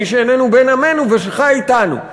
מי שאיננו בן עמנו ושחי אתנו,